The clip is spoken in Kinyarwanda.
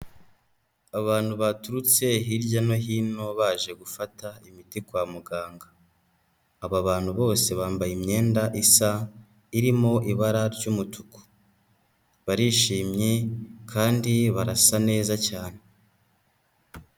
Abantu baturutse hirya no hino baje gufata imiti kwa muganga, aba bantu bose bambaye imyenda isa irimo ibara ry'umutuku, barishimye kandi barasa neza cyane.